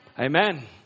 Amen